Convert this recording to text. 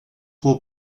will